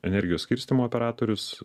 energijos skirstymo operatorius